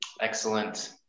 Excellent